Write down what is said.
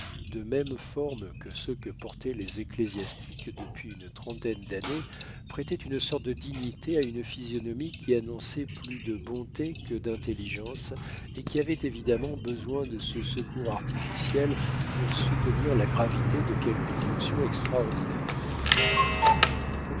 de même forme que ceux que portaient les ecclésiastiques depuis une trentaine d'années prêtait une sorte de dignité à une physionomie qui annonçait plus de bonté que d'intelligence et qui avait évidemment besoin de ce secours artificiel pour soutenir la gravité de quelque fonction extraordinaire